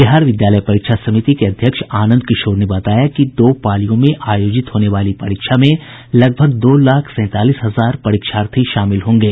बिहार विद्यालय परीक्षा समिति के अध्यक्ष आनंद किशोर ने बताया कि दो पालियों में आयोजित होने वाली परीक्षा में लगभग दो लाख सैंतालीस हजार परीक्षार्थी शामिल होंगे